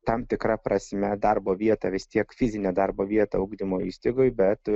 tam tikra prasme darbo vietą vis tiek fizinę darbo vietą ugdymo įstaigoj bet